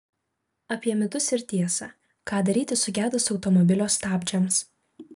apie mitus ir tiesą ką daryti sugedus automobilio stabdžiams